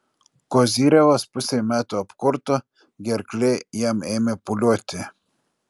kozyrevas pusei metų apkurto gerklė jam ėmė pūliuoti